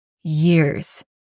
years